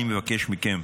אני מבקש מכם,